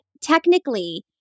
technically